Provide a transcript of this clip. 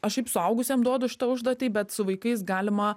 aš šiaip suaugusiem duodu šitą užduotį bet su vaikais galima